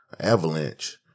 avalanche